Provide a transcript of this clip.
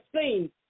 seen